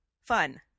fun